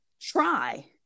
try